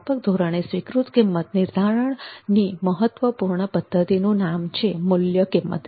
વ્યાપક ધોરણે સ્વીકૃત કિંમત નિર્ધારણની મહત્વપૂર્ણ પદ્ધતિનું નામ છે મૂલ્ય કિંમત